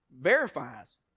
verifies